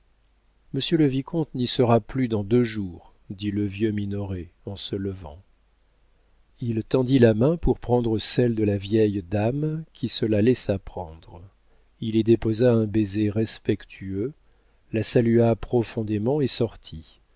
le vicomte n'y sera plus dans deux jours dit le vieux minoret en se levant il tendit la main pour prendre celle de la vieille dame qui se la laissa prendre il y déposa un baiser respectueux la salua profondément et sortit